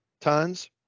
tons